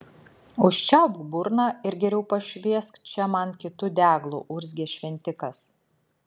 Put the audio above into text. užčiaupk burną ir geriau pašviesk čia man kitu deglu urzgė šventikas